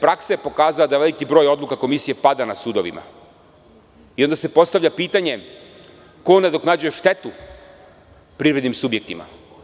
Praksa je pokazala da veliki broj komisija pada na sudovima i onda se postavlja pitanje, ko nadoknađuje štetu privrednim subjektima?